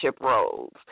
roles